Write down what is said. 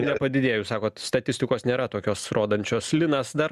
nepadidėjo sakot statistikos nėra tokios rodančios linas dar